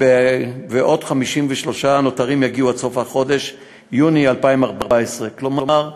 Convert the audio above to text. ו-53 הנותרים יגיעו עד סוף חודש יוני 2014. כלומר,